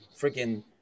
freaking